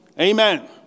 Amen